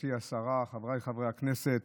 מכובדתי השרה, חבריי חברי הכנסת,